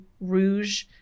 Rouge